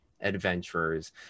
adventurers